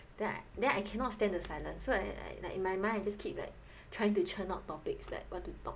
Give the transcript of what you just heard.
then I then I cannot stand the silence so like like like in my mind I just keep like trying to churn out topics like what to talk